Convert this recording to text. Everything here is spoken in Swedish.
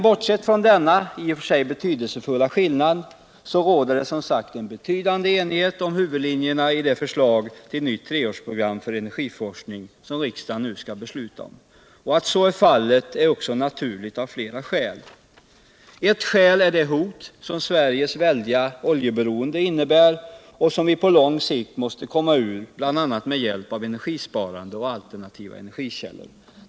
Bortsewt från denna i och för sig betydelsefulla skillnad råder det som sagt en betydande enighet om huvudlinjerna i det förslag till nytt treårsprogram för energiforskning som riksdagen nu skall besluta om. Att så är fallet är naturligt av flera skäl. Ett skäl är det hot Sveriges väldiga oljeberocnde innebär och som vi på lång sikt måste komma ur, bl.a. med hjälp av energisparande och alternativa energikällor.